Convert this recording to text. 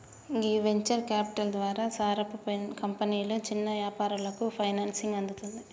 గీ venture capital ద్వారా సారపు కంపెనీలు చిన్న యాపారాలకు ఫైనాన్సింగ్ అందుతుంది